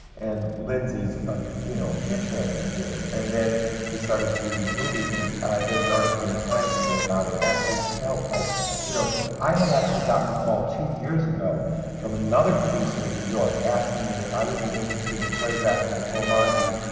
and lindsay's, ah you know, a huge fan and of the theatre. and then he started to do these movies. and there's an article in the times today about it. actually, he felt like you know, i had actually gotten the call two years ago from another producer in new york, asking me if i would be interested in choreographing the full monty.